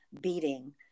beating